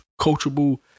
coachable